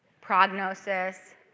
prognosis